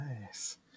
Nice